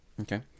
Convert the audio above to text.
okay